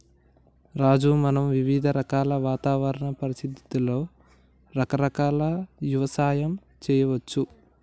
రాజు మనం వివిధ రకాల వాతావరణ పరిస్థితులలో రకరకాల యవసాయం సేయచ్చు